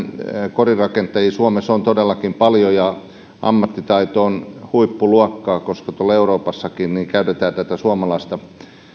korinrakentajia suomessa on todellakin paljon ja ammattitaito on huippuluokkaa koska tuolla euroopassakin käytetään tätä suomalaista